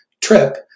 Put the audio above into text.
trip